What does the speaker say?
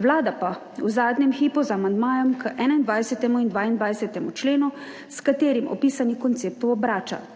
Vlada pa v zadnjem hipu z amandmajem k 21. in 22. členu, s katerim opisani koncept obrača.